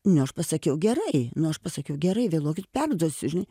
nu aš pasakiau gerai nu aš pasakiau gerai vėluokit perduosiu žinai